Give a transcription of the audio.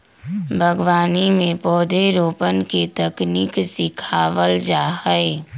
बागवानी में पौधरोपण के तकनीक सिखावल जा हई